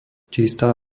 čistá